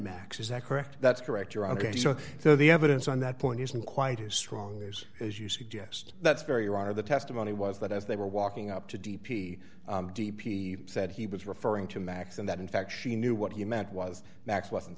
max is that correct that's correct you're ok so so the evidence on that point isn't quite as strong as you suggest that's very wrong or the testimony was that as they were walking up to d p d p said he was referring to max and that in fact she knew what he meant was max wasn't